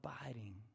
abiding